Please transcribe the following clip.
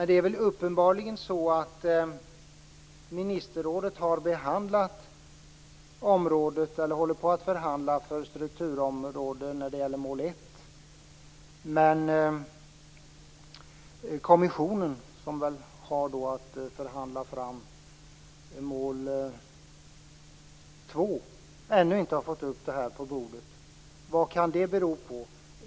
Det är uppenbarligen så att ministerrådet håller på att förhandla om strukturområde när det gäller mål 1, men att kommissionen, som väl har att förhandla fram mål 2, ännu inte har fått upp frågan på bordet. Vad kan det bero på?